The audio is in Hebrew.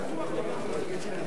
הכנסת,